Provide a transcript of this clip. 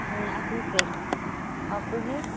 اۭں اَصٕل پٲٹھۍ ہاں ؤنِو